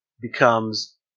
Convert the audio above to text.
becomes